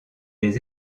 les